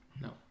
No